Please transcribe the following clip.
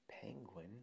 Penguin